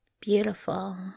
Beautiful